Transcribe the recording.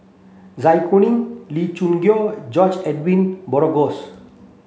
Zai Kuning Lee Choo Neo George Edwin Bogaars